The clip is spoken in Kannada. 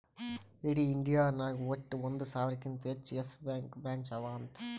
ಇಡೀ ಇಂಡಿಯಾ ನಾಗ್ ವಟ್ಟ ಒಂದ್ ಸಾವಿರಕಿಂತಾ ಹೆಚ್ಚ ಯೆಸ್ ಬ್ಯಾಂಕ್ದು ಬ್ರ್ಯಾಂಚ್ ಅವಾ ಅಂತ್